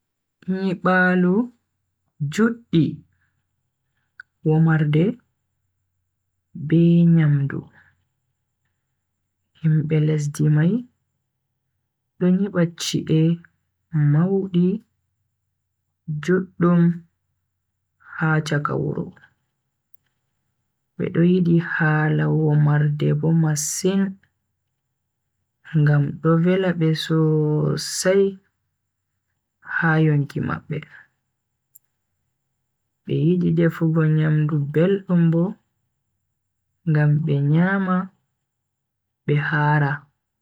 Nyibaalu juddi, womarde be nyamdu. Himbe lesdi mai do nyiba chi'e maudi, juddum ha chaka wuro. Be do yidi hala womarde bo masin ngam do vela be sosai ha yonki mabbe. Be yidi defugo nyamdu beldum bo ngam be nyama be haara.